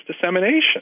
dissemination